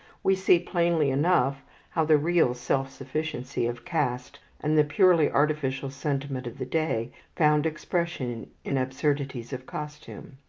we see plainly enough how the real self-sufficiency of caste and the purely artificial sentiment of the day found expression in absurdities of costume.